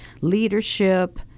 leadership